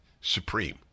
supreme